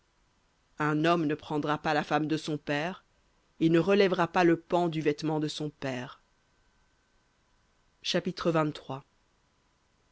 un homme ne prendra pas la femme de son père et ne relèvera pas le pan du vêtement de son père